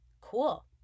cool